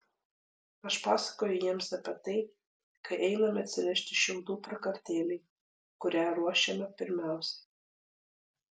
aš pasakoju jiems apie tai kai einame atsinešti šiaudų prakartėlei kurią ruošiame pirmiausia